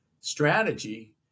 strategy